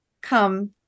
come